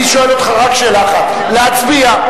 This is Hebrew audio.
אני שואל אותך רק שאלה אחת, להצביע?